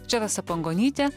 čia rasa pangonytė